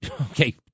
okay